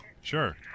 Sure